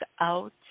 out